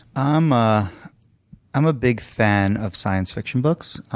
i'm ah i'm a big fan of science fiction books.